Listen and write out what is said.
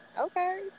Okay